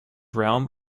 realm